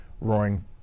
Roaring